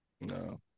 No